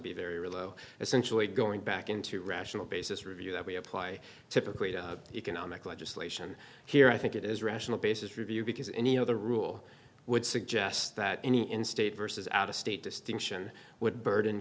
be very low essentially going back into a rational basis review that we apply typically to economic legislation here i think it is rational basis review because any other rule would suggest that any in state vs out of state distinction would burden